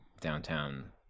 downtown